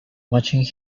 watching